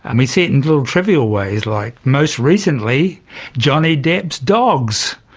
and we see it in little trivial ways, like most recently johnny depp's dogs,